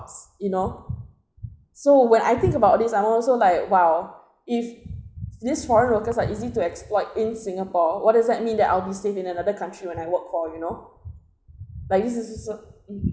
you know so when I think about this I'm also like !whoa! if these foreign workers are easy to exploit in singapore what does that mean that I'll be safe in another country when I work for you know like this is